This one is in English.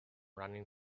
running